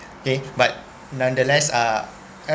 okay but nonetheless uh